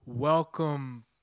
welcome